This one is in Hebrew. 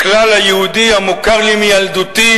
הכלל היהודי, המוכר לי מילדותי,